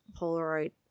Polaroid